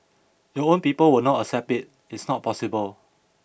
your own people will not accept it it's not possible